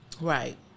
Right